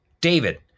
david